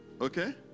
Okay